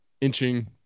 inching